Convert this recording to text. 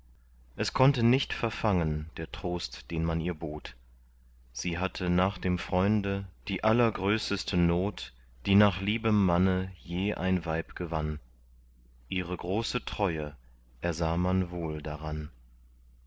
es konnte nicht verfangen der trost den man ihr bot sie hatte nach dem freunde die allergrößeste not die nach liebem manne je ein weib gewann ihre große treue ersah man wohl daran